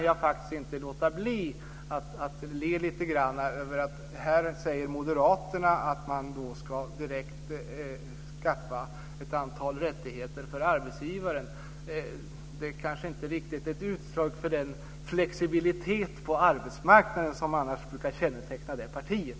Jag kan inte låta bli att le lite grann när Moderaterna säger att man direkt ska skaffa ett antal rättigheter för arbetsgivaren. Det kanske inte riktigt är ett utslag av den flexibilitet på arbetsmarknaden som annars brukar känneteckna det partiet.